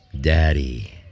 Daddy